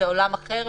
זה עולם אחר